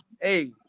hey